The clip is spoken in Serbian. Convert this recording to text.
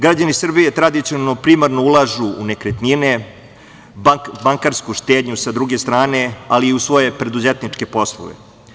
Građani Srbije tradicionalno primarno ulažu u nekretnine, bankarsku štednju, sa druge strane, ali i u svoje preduzetničke poslove.